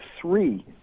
three